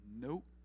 Nope